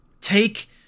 take